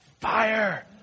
fire